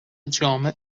جامع